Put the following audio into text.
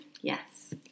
Yes